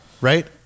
right